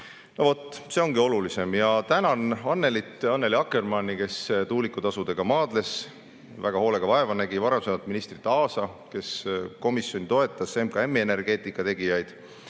see ongi kõige olulisem. Tänan Annely Akkermanni, kes tuulikutasudega maadles, väga hoolega vaeva nägi, ja varasemat ministrit Aasa, kes komisjonis toetas MKM-i energeetikategijaid,